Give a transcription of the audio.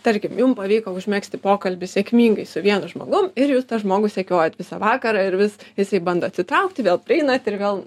tarkim jum pavyko užmegzti pokalbį sėkmingai su vienu žmogum ir jūs tą žmogų sekiojat visą vakarą ir vis jisai bando atsitraukti vėl prieinat ir vėl